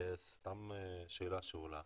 סתם אלה שעולה,